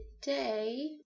today